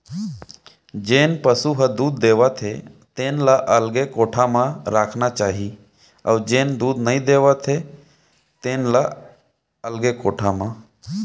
जेन पसु ह दूद देवत हे तेन ल अलगे कोठा म रखना चाही अउ जेन दूद नइ देवत हे तेन ल अलगे कोठा म